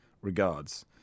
regards